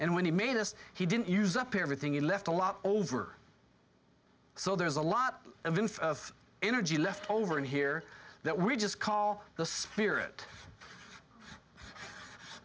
and when he made us he didn't use up everything in left a lot over so there's a lot of info energy left over here that we just call the spirit